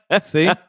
See